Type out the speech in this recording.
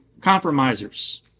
compromisers